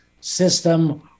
system